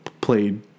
played